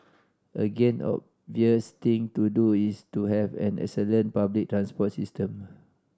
again obvious thing to do is to have an excellent public transport system